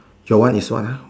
your one is what ah